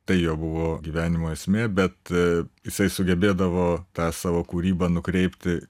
tai jo buvo gyvenimo esmė bet jisai sugebėdavo tą savo kūrybą nukreipti